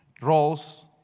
roles